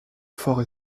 fort